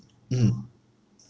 mmhmm